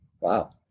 Wow